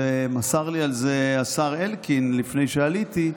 ומסר לי את זה השר אלקין לפני שעליתי,